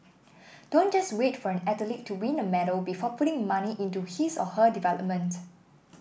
don't just wait for an athlete to win a medal before putting money into his or her development